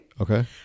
Okay